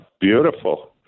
Beautiful